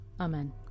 Amen